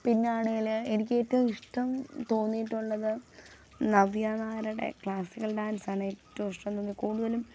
പിന്നാണേൽ എനിക്ക് ഏറ്റോം ഇഷ്ടം തോന്നിയിട്ടുള്ളത് നവ്യ നായരുടെ ക്ലാസിക്കൽ ഡാൻസാണ് ഏറ്റോം ഇഷ്ടം തോന്നിയ കൂടുതലും